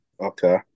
Okay